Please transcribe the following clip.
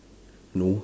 no